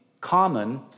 common